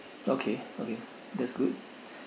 okay okay that's good